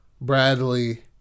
Bradley